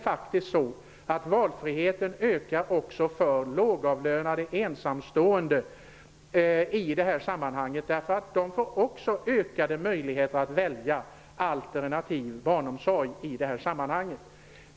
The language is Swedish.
Valfriheten ökar faktiskt också för lågavlönade ensamstående i det här sammanhanget, eftersom också de får ökade möjligheter att välja alternativ barnomsorg i detta sammanhang.